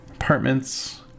apartments